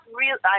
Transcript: real